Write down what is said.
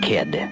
Kid